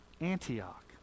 Antioch